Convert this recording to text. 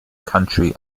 country